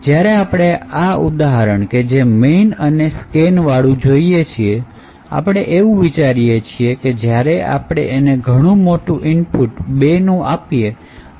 હવે જ્યારે આપણે આ ઉદાહરણ કે જે main અને scan વાળું જોઈએ છીએ આપણે એવું વિચારીએ છીએ કે જ્યારે આપણે એને ઘણું મોટું input 2નું આપીએ